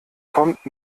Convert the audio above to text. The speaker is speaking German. kommt